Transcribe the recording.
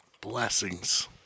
Blessings